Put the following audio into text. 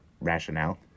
rationale